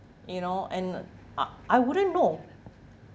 you know and ah I wouldn't know